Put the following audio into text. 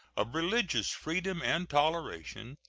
of religious freedom and toleration,